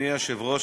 אדוני היושב-ראש,